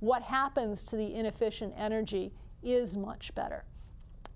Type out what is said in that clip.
what happens to the inefficient energy is much better